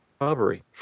robbery